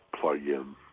plug-in